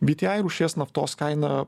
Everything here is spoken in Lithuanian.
bi ti ai rūšies naftos kaina